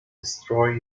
destroy